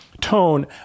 tone